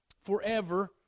forever